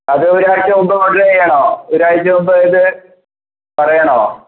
അതോ ഒരാഴ്ച മുൻപ് ബുക്ക് ചെയ്യണോ ഒരാഴ്ച മുൻപായിട്ട് പറയണോ